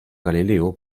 galileo